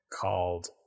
called